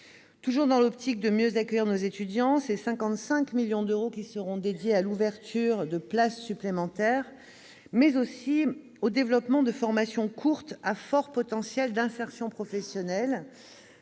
Toujours afin de mieux accueillir nos étudiants, 55 millions d'euros seront dédiés non seulement à l'ouverture de places supplémentaires, mais aussi au développement de formations courtes à fort potentiel d'insertion professionnelle.